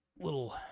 little